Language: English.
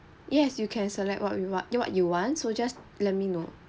yes you can select what you what what you want so just let me know